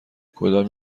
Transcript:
کدام